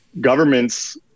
governments